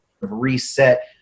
reset